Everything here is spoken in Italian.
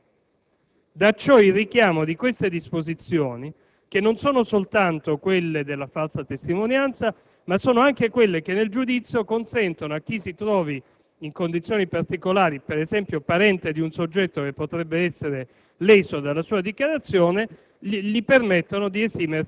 viene chiamato a riferire fatti di cui si presume sia a conoscenza al Parlamento, il sacrosanto rispetto nei confronti del Parlamento che esercita la funzione di controllo che gli è riconosciuta dalla Costituzione e dalla legge gli impone di dire il vero;